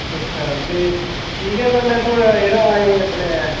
अच्छा ते ठीक ऐ ते मै थुआढ़ा जेह्ड़ा एह् अपने